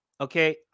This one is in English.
Okay